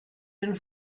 den